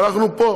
ואנחנו פה